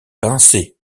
pincé